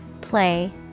play